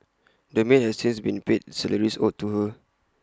the maid has since been paid salaries owed to her